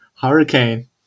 Hurricane